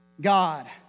God